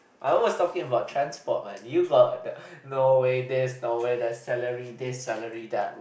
I was talking about transport man you brought the no way this no way that salary this salary that